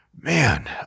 man